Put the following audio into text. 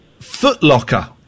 Footlocker